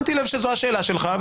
שמתי לב שזאת השאלה שלך,